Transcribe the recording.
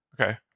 okay